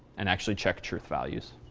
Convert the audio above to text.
and actually check truth values.